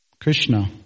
Krishna